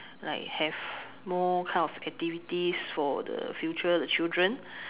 like have more kind of activities for the future the children